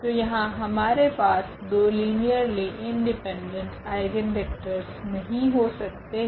तो यहाँ हमारे पास दो लीनियरली इंडिपेंडेंट आइगनवेक्टरस नहीं हो सकते है